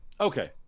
Okay